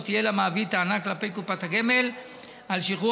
לא תהיה למעביד טענה כלפי קופת הגמל על שחרור